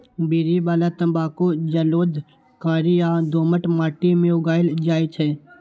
बीड़ी बला तंबाकू जलोढ़, कारी आ दोमट माटि मे उगायल जाइ छै